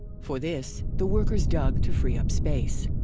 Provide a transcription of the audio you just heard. for this, the workers dug to free up space.